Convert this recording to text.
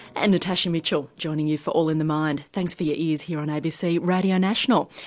and natasha mitchell joining you for all in the mind thanks for your ears here on abc radio national.